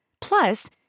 Plus